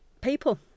people